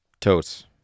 totes